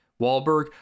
Wahlberg